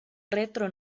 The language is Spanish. retro